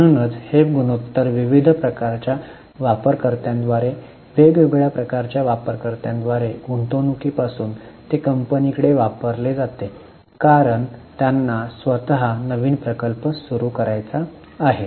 म्हणूनच हे गुणोत्तर विविध प्रकारच्या वापरकर्त्यांद्वारे वेगवेगळ्या प्रकारच्या वापरकर्त्यांद्वारे गुंतवणूकीपासून ते कंपनी कडे वापरले जाते कारण त्यांना स्वतः नवीन प्रकल्प सुरू करायचा आहे